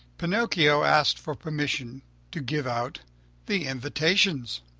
pinocchio asked for permission to give out the invitations.